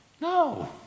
No